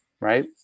right